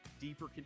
deeper